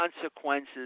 consequences